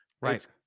Right